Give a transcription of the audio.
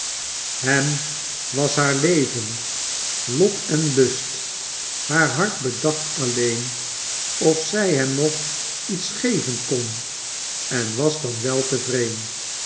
hem was haar leven lot en lust haar hart bedacht alleen of zij hem nog iets geven kon en was dan weltevreen